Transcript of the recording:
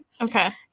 Okay